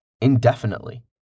indefinitely